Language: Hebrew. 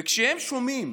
וכשהם שומעים